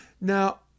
Now